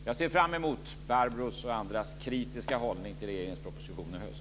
Jag ser fram emot Barbros och andras kritiska hållning till regeringens proposition i höst.